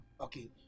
Okay